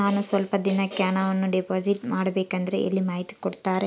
ನಾನು ಸ್ವಲ್ಪ ದಿನಕ್ಕೆ ಹಣವನ್ನು ಡಿಪಾಸಿಟ್ ಮಾಡಬೇಕಂದ್ರೆ ಎಲ್ಲಿ ಮಾಹಿತಿ ಕೊಡ್ತಾರೆ?